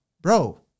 Bro